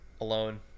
alone